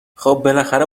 خوب، بالاخره